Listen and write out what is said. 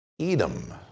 Edom